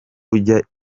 ujya